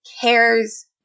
cares